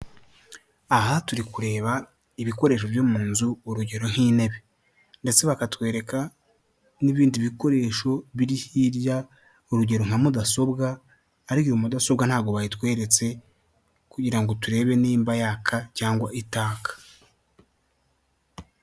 Aha turi kureba ibikoresho byo mu nzu, urugero nk'intebe. Ndetse bakatwereka n'ibindi bikoresho biri hirya, urugero nka mudasobwa, ariko iyo mudasobwa ntabwo bayitweretse kugira ngo turebe nimba yaka cyangwa itaka.